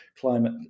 climate